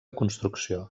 construcció